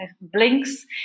blinks